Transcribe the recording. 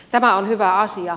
tämä on hyvä asia